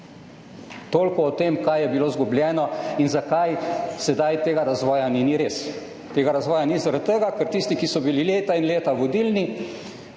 Toliko o tem, kaj je bilo izgubljeno in zakaj sedaj tega razvoja ni. Ni res. Tega razvoja ni zaradi tega, ker tisti, ki so bili leta in leta vodilni,